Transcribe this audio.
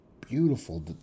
beautiful